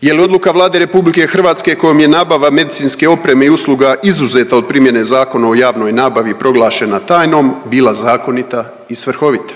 Je li odluka Vlade RH kojom je nabava medicinske opreme i usluga izuzeta od primjene Zakona o javnoj nabavi, proglašena tajnom bila zakonita i svrhovita?